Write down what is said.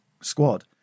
squad